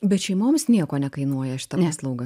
bet šeimoms nieko nekainuoja šita paslauga